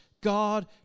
God